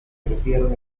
crecieron